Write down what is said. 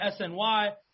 SNY